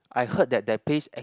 I heard that the pace eh